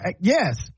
Yes